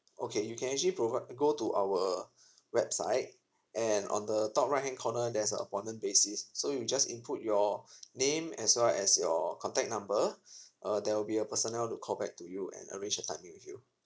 okay you can actually provide go to our website and on the top right hand corner there's a appointment basis so you just include your name as well as your contact number uh there will be a personnel to call back to you and arrange the timing with you